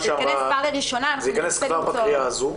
זה ייכנס כבר לקריאה ראשונה --- ההידוק הזה ייכנס כבר בקריאה הזו.